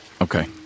Okay